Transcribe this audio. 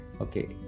okay